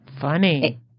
Funny